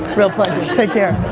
real pleasure, take care.